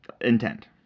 intent